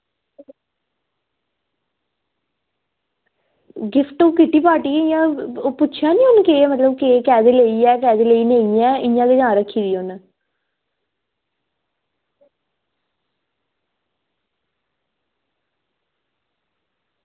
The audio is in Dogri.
गिफ्ट किटी पार्टी ऐ ओह् पुच्छेआ निं केह् ऐ केह्दे लेई ऐ केह्दे लेई नेईं ऐ इंया गै जां रक्खी दी उन्ने